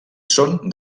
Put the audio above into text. són